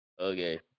Okay